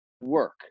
work